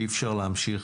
אי אפשר להמשיך